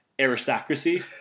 aristocracy